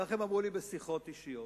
כך הם אמרו לי בשיחות אישיות.